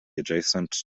adjacent